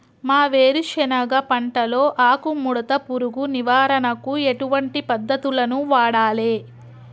మా వేరుశెనగ పంటలో ఆకుముడత పురుగు నివారణకు ఎటువంటి పద్దతులను వాడాలే?